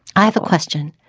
i have a question.